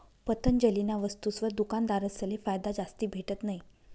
पतंजलीना वस्तुसवर दुकानदारसले फायदा जास्ती भेटत नयी